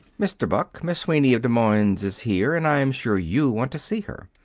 mr. buck, miss sweeney, of des moines, is here, and i'm sure you want to see her.